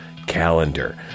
Calendar